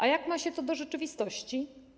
A jak ma się to do rzeczywistości?